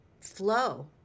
flow